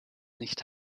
nicht